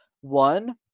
one